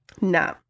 No